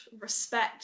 respect